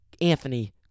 Anthony